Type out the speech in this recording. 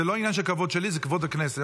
זה לא עניין של כבוד שלי, זה כבוד הכנסת.